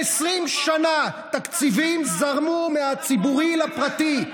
אנחנו, במשך 20 שנה תקציבים זרמו מהציבורי לפרטי.